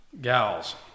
gals